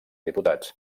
diputats